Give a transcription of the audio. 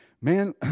Man